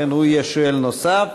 לכן הוא יהיה שואל נוסף,